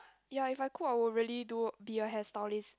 ya if I could I would really do be a hairstylist